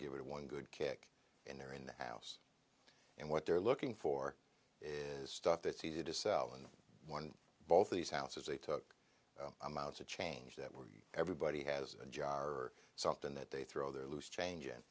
give it one good kick in there in the house and what they're looking for is stuff that's easy to sell and both of these houses they took amounts of change that were everybody has a jar or something that they throw their loose chang